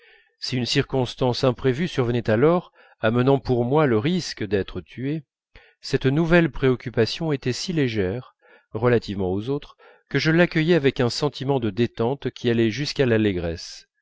si une circonstance imprévue survenait alors amenant pour moi le risque d'être tué cette nouvelle préoccupation était si légère relativement aux autres que je l'accueillais avec un sentiment de détente qui allait jusqu'à l'allégresse